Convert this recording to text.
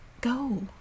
Go